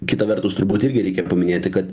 kita vertus turbūt irgi reikia paminėti kad